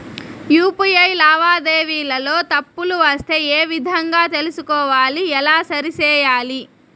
UPI లావాదేవీలలో తప్పులు వస్తే ఏ విధంగా తెలుసుకోవాలి? ఎలా సరిసేయాలి?